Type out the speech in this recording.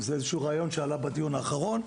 זה איזשהו רעיון שעלה בדיון האחרון.